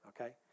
okay